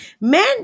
Men